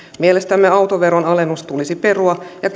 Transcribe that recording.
mielestämme autoveron alennus tulisi perua ja